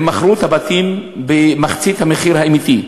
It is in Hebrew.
הם מכרו את הבתים במחצית המחיר האמיתי,